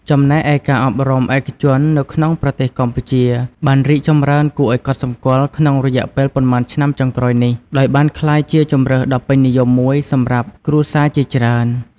ចំណែកឯការអប់រំឯកជននៅក្នុងប្រទេសកម្ពុជាបានរីកចម្រើនគួរឱ្យកត់សម្គាល់ក្នុងរយៈពេលប៉ុន្មានឆ្នាំចុងក្រោយនេះ ដោយបានក្លាយជាជម្រើសដ៏ពេញនិយមមួយសម្រាប់គ្រួសារជាច្រើន។